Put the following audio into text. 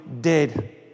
dead